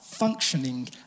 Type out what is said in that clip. functioning